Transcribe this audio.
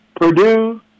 Purdue